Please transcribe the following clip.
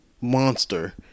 monster